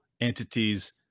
entities